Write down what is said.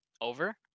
over